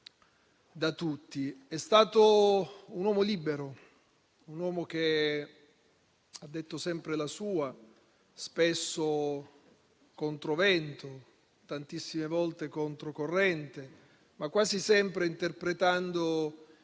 da tutti. È stato un uomo libero, un uomo che ha detto sempre la sua, spesso controvento, tantissime volte controcorrente, quasi sempre però interpretando i